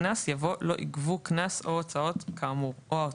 הקנס" יבוא "לא ייגבו הקנס או ההוצאות כאמור".